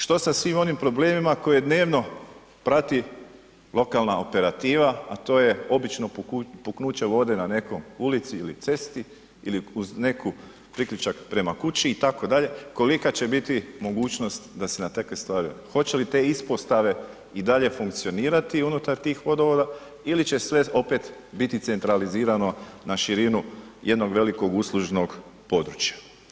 Što sa svim onim problemima koje dnevno prati lokalna operativa a to je obično puknuće vode na nekoj ulici ili cesti ili uz neku priključak prema kući itd., kolika će biti mogućnost da se na takve stvari, hoće li te ispostave i dalje funkcionirati unutar tih vodovoda ili će sve opet biti centralizirano na širinu jednog velikog uslužnog područja?